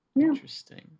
Interesting